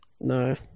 No